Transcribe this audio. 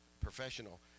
professional